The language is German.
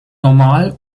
normal